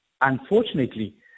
unfortunately